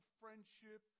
friendship